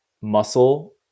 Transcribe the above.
Muscle